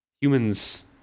humans